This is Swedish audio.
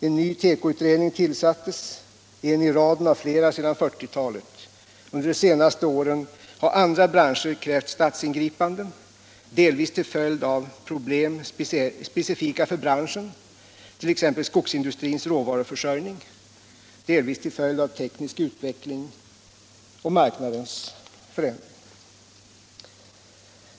En ny tekoutredning tillsattes, en i raden av flera sedan 1940-talet. Under de senaste åren har andra branscher krävt statsingripanden, delvis till följd av problem specifika för branschen, t.ex. skogsindustrins råvaruförsörjning, delvis till följd av teknisk utveckling och marknadernas förändring.